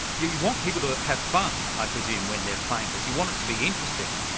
you want people to have fun, i presume when they're playing this. you want it to be interesting,